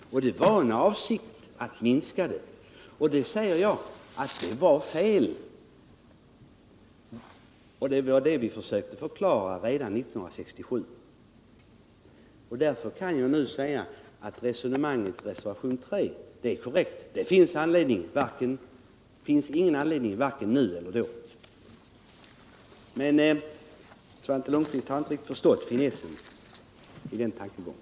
Avsikten var att minska arealen. Och jag säger att detta var felaktigt, vilket vi försökte förklara redan 1967. Därför kan jag nu också påstå att resonemanget i reservationen 3 är korrekt. Det fanns ingen anledning att minska arealen då lika litet som nu. Svante Lundkvist har inte riktigt förstått finessen i den tankegången.